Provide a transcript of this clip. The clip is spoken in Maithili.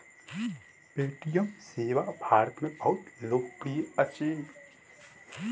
पे.टी.एम सेवा भारत में बहुत लोकप्रिय अछि